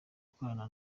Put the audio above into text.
dukorana